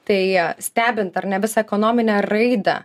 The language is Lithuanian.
tai stebint ar ne visą ekonominę raidą